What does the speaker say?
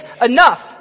enough